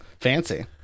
Fancy